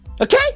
Okay